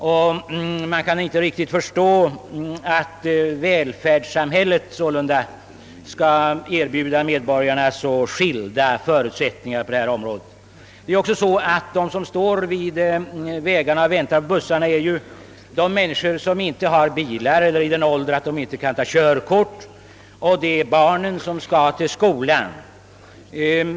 Det är svårförståeligt att välfärdssamhället skall erbjuda medborgarna så skilda förutsättningar på kommunikationernas område. De som står vid vägarna och väntar på bussarna är människor som inte har bilar eller som är i den åldern att de inte kan ta körkort. Det är också barn som skall till skolan.